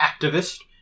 activist